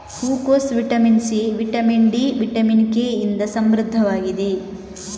ಹೂಕೋಸು vitamin C, vitamin D, vitamin K ಇಂದ ಸಮೃದ್ಧವಾಗಿದೆ